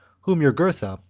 whom jugurtha,